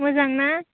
मोजां ना